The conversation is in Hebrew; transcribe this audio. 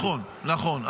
נכון, נכון.